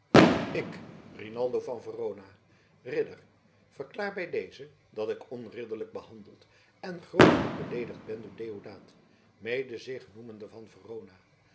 ik rinaldo van verona ridder verklaar bij dezen dat ik onridderlijk behandeld en grovelijk beleedigd ben door deodaat mede zich noemende van verona